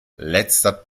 letzter